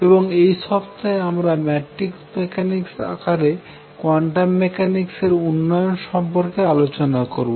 এবং এই সপ্তাহে আমরা ম্যাট্রিক্স মেকানিক্স matrix mechanics আকারে কোয়ান্টাম মেকানিক্স এর উন্নয়ন সম্পর্কে আলোচনা করবো